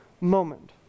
moment